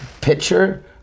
picture